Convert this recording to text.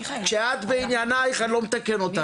כשאת בעניינייך אני לא מתקן אותך,